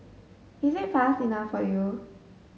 is it fast enough for you